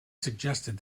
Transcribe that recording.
suggested